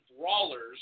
Brawlers